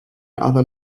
other